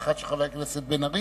האחת של חבר הכנסת בן-ארי.